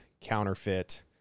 counterfeit